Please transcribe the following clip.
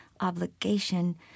obligation